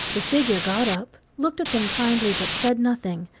the figure got up, looked at them kindly, but said nothing,